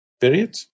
period